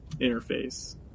interface